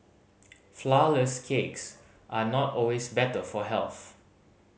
flourless cakes are not always better for health